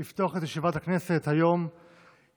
הישיבה המאה-ושלושים-ושמונה של הכנסת העשרים-וארבע יום שני,